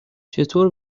چطور